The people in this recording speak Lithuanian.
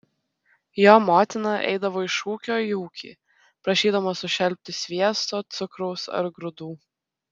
jo motina eidavo iš ūkio į ūkį prašydama sušelpti sviesto cukraus ar grūdų